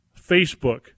Facebook